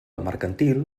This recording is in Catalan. mercantil